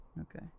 Okay